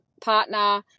partner